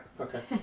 Okay